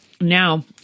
Now